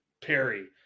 Perry